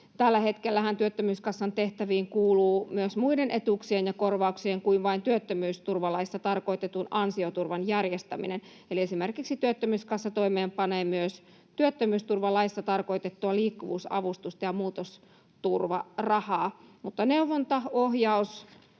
Tällä hetkellähän työttömyyskassan tehtäviin kuuluu myös muiden etuuksien ja korvauksien kuin vain työttömyysturvalaissa tarkoitetun ansioturvan järjestäminen. Eli esimerkiksi työttömyyskassa toimeenpanee myös työttömyysturvalaissa tarkoitettua liikkuvuusavustusta ja muutosturvarahaa. Mutta neuvonta, ohjaus